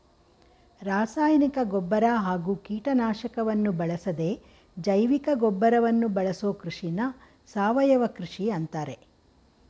ರಾಸಾಯನಿಕ ಗೊಬ್ಬರ ಹಾಗೂ ಕೀಟನಾಶಕವನ್ನು ಬಳಸದೇ ಜೈವಿಕಗೊಬ್ಬರವನ್ನು ಬಳಸೋ ಕೃಷಿನ ಸಾವಯವ ಕೃಷಿ ಅಂತಾರೆ